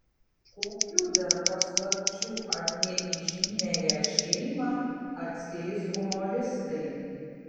kokių dar paslapčių apie įžymiąją šeimą atskleis humoristai